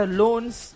loans